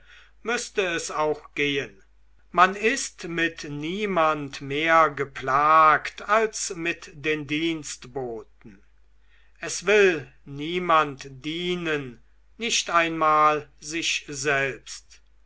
müßte es auch gehen man ist mit niemand mehr geplagt als mit den dienstboten es will niemand dienen nicht einmal sich selbst